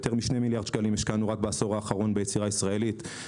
יותר מ-2 מיליארד שקלים השקענו רק בעשור האחרון ביצירה ישראלית,